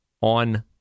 on